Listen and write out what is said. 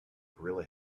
gorilla